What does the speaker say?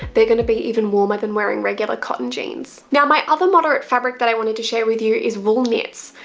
they're gonna be even warmer than wearing regular cotton jeans. now my other moderate fabric that i wanted to share with you is wool knits.